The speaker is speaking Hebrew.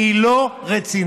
כי היא לא רצינית.